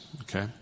Okay